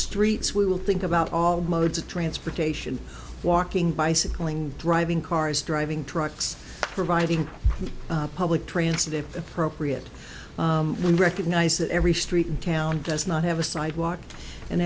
streets we will think about all modes of transportation walking bicycling driving cars driving trucks providing public transit if appropriate we recognize that every street in town does not have a sidewalk and